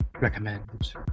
recommend